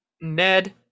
Ned